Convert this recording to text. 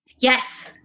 Yes